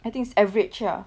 I think it's average ah